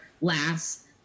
last